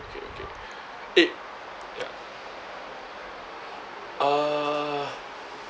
okay okay eh ya uh